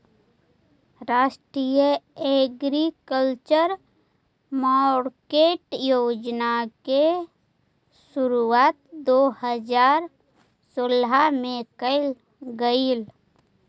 राष्ट्रीय agriculture market योजना के शुरुआत दो हज़ार सोलह में कैल गेलइ